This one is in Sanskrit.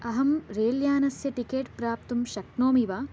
अहं रेल् यानस्य टिकेट् प्राप्तुं शक्नोमि वा